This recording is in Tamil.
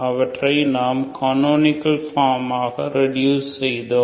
அவற்றை நாம் கனோனிகல் பார்ம் ஆக ரெடூஸ் செய்தோம்